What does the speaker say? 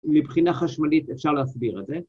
‫מבחינה חשמלית אפשר להסביר את זה.